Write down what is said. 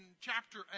chapter